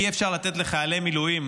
אי-אפשר לתת לחיילי מילואים